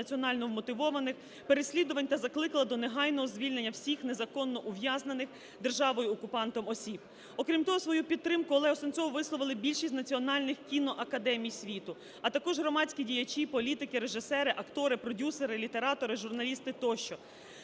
національно мотивованих переслідувань та закликала до негайного звільнення всіх незаконно ув'язнених державою-окупантом осіб. Окрім того, свою підтримку Олегу Сенцову висловили більшість національних кіноакадемій світу, а також громадські діячі, політики, режисери, актори, продюсери, літератори, журналісти тощо.